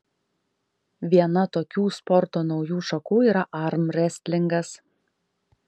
viena tokių sporto naujų šakų yra armrestlingas